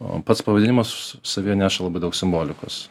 o pats pavadinimas savyje neša labai daug simbolikos